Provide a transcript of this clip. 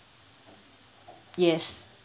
yes